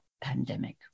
pandemic